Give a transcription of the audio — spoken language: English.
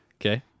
Okay